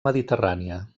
mediterrània